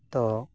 ᱛᱚ